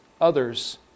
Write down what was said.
others